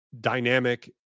dynamic